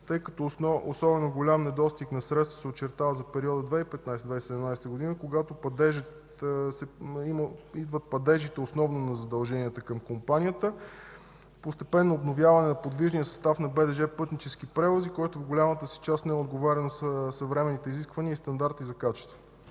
тъй като особено голям недостиг на средства се очертава за периода 2015 - 2017 г., когато основно идват падежите на задълженията на компанията. Предстои постепенно обновяване на подвижния състав на БДЖ „Пътнически превози”, който в голямата си част не отговаря на съвременните изисквания и стандарти за качество.